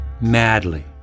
madly